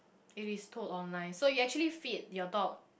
it is told online so you actually feed your dog